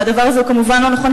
והדבר הזה הוא כמובן לא נכון,